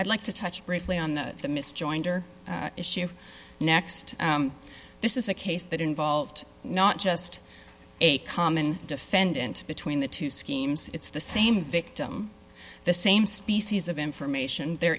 i'd like to touch briefly on the miss joinder issue next this is a case that involved not just a common defendant between the two schemes it's the same victim the same species of information there